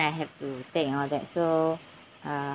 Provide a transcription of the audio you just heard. I have to take and all that so uh